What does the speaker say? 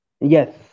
Yes